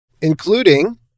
including